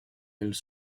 elles